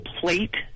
plate